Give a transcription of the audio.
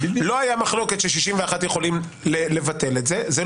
לא הייתה מחלוקת ש-61 יכולים לבטל את זה,